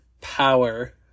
power